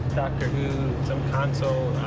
doctor who, some console.